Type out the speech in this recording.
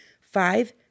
five